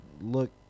look